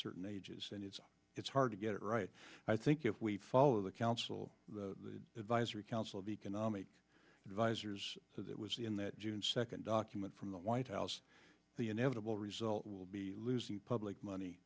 certain ages and it's it's hard to get it right i think if we follow the council the advisory council of economic advisors so that was the in the june second document from the white house the inevitable result will be losing public money